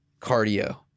cardio